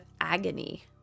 agony